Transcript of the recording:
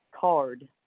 card